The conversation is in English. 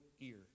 ear